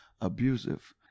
abusive